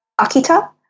Akita